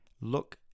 look